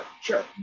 sure